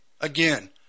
Again